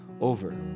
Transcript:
over